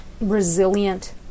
resilient